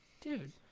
Dude